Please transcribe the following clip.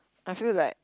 I feel like